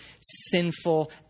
sinful